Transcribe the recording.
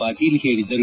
ಪಾಟೀಲ್ ಹೇಳಿದರು